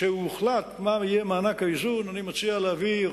משהוחלט מה יהיה מענק האיזון אני מציע להעביר,